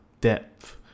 depth